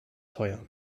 teuer